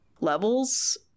levels